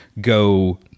go